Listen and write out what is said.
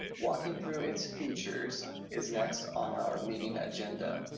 walking through its features is next on our meeting agenda.